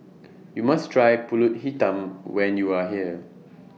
YOU must Try Pulut Hitam when YOU Are here